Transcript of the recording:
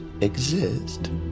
...exist